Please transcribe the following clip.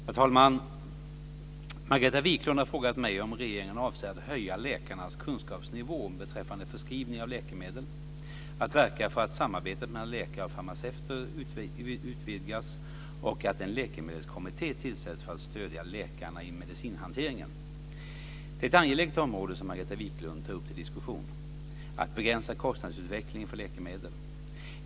Herr talman! Margareta Viklund har frågat mig om regeringen avser att höja läkarnas kunskapsnivå beträffande förskrivning av läkemedel, att verka för att samarbetet mellan läkare och farmaceuter utvidgas och att en läkemedelskommitté tillsätts för att stödja läkarna i medicinhanteringen. Det är ett angeläget område som Margareta Viklund tar upp till diskussion - att begränsa kostnadsutvecklingen för läkemedel.